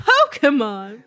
Pokemon